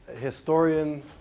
historian